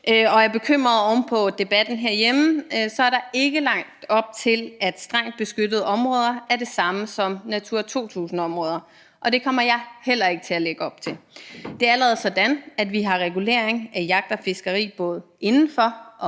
og er bekymrede oven på debatten herhjemme, vil jeg sige, at der ikke er lagt op til, at strengt beskyttede områder er det samme som natura 2000-områder, og det kommer jeg heller ikke til at lægge op til. Det er allerede sådan, at vi har regulering af jagt og fiskeri både inden for og uden for